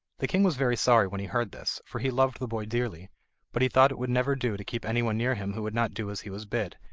the king was very sorry when he heard this, for he loved the boy dearly but he thought it would never do to keep anyone near him who would not do as he was bid.